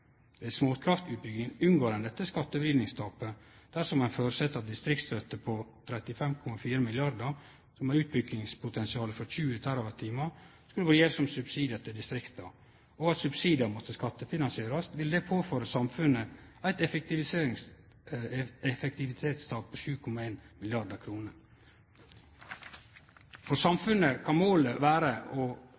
småkraftutbygging unngår ein dette skattevridingstapet. Dersom ein føreset at ei distriktsstøtte på 35,4 mrd. kr, som er utbyggingspotensialet på 20 TWh, skulle ha vore gjeve som subsidiar til distrikta, og at subsidiane måtte skattefinansierast, ville det påføre samfunnet eit effektivitetstap på 7,1 mrd. kr. For samfunnet kan målet vere å